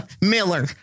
Miller